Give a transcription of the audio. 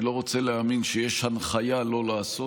ואני לא רוצה להאמין שיש הנחיה לא לעשות.